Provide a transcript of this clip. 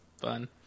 fun